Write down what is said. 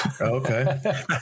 Okay